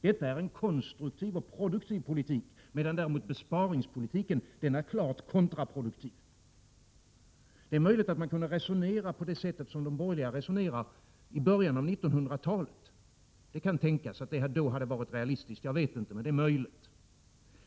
Detta är en konstruktiv och produktiv politik, medan däremot besparingspolitiken är klart kontraproduktiv. Det är möjligt att man kunde resonera på det sätt som de borgerliga resonerade i början av 1900-talet. Det kan tänkas att det då hade varit realistiskt. Jag vet inte, men det är möjligt.